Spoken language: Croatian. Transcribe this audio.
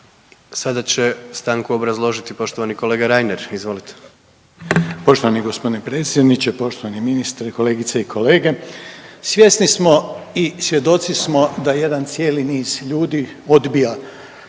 Sada će stanku obrazložiti poštovani kolega Reiner. Izvolite. **Reiner, Željko (HDZ)** Poštovani g. predsjedniče, poštovani ministre, kolegice i kolege. Svjesni smo i svjedoci smo da jedan cijeli niz ljudi odbija